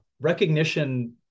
recognition